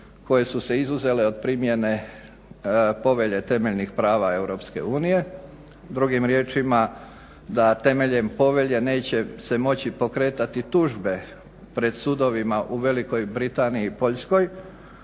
koje su se izuzele od primjene Povelje temeljnih prava EU. Drugim riječima da temeljem povelje neće se moći pokretati tužbe pred sudovima u Velikoj Britaniji i Poljskoj